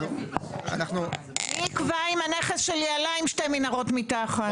אנחנו --- מי יקבע אם הנכס שלי עלה עם שתי מנהרות מתחת?